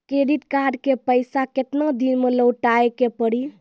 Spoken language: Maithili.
क्रेडिट कार्ड के पैसा केतना दिन मे लौटाए के पड़ी?